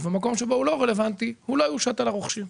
ובמקום שבו הוא לא רלוונטי הוא לא יושת על הרוכשים.